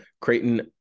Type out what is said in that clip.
Creighton